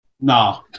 no